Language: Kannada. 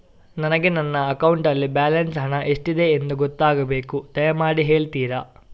ನನಗೆ ನನ್ನ ಅಕೌಂಟಲ್ಲಿ ಬ್ಯಾಲೆನ್ಸ್ ಹಣ ಎಷ್ಟಿದೆ ಎಂದು ಗೊತ್ತಾಗಬೇಕು, ದಯಮಾಡಿ ಹೇಳ್ತಿರಾ?